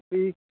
फ्ही